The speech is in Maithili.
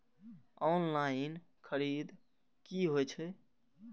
ऑनलाईन खरीद की होए छै?